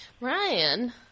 Ryan